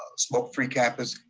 smoke-free campus,